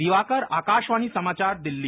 दिवाकर आकाशवाणी समाचार दिल्ली